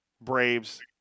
Braves